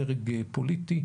דרג פוליטי,